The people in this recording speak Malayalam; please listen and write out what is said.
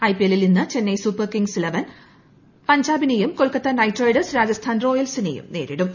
ഐപിഎല്ലിൽ ഇന്ന് ചെന്നൈ സ്പ്പ്പർകിംഗ്സ് ഇലവൻ പഞ്ചാബിനെയും കൊൽക്കത്ത ഉട്ട്ന്റ്റ് ്റൈഡേഴ്സ് രാജസ്ഥാൻ റോയൽസിനേയും നേരിടും